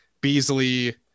Beasley